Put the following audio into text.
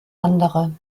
andere